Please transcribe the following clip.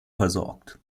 versorgt